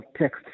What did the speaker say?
text